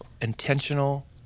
intentional